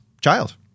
child